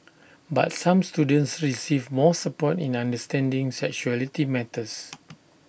but some students receive more support in understanding sexuality matters